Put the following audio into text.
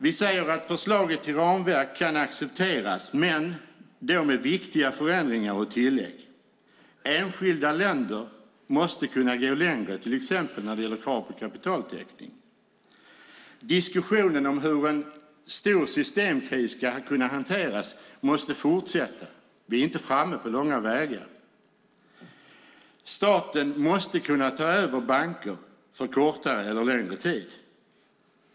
Vi säger att förslaget till ramverk kan accepteras, men då med viktiga förändringar och tillägg. Enskilda länder måste kunna gå längre, till exempel när det gäller krav på kapitaltäckning. Diskussionen om hur en stor systemkris ska hanteras måste fortsätta. Vi är inte framme på långa vägar. Staten måste kunna ta över banker för kortare eller längre tid.